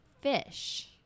fish